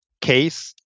case